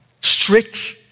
strict